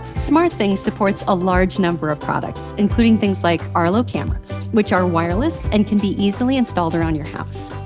smartthings supports a large number of products including things like arlo cameras, which are wireless, and can be easily installed around your house.